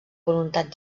voluntat